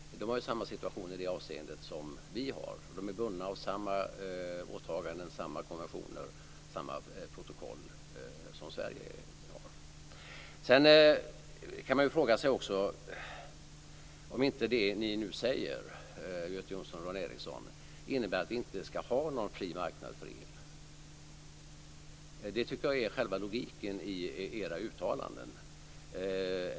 De är ju i samma situation som vi i det avseendet. De är bundna av samma åtaganden, konventioner och protokoll som Sverige. Sedan kan man också fråga sig om inte det som Göte Jonsson och Dan Ericsson säger innebär att vi inte ska ha någon fri marknad för el. Det tycker jag är själva logiken i era uttalanden.